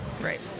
right